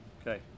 okay